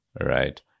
right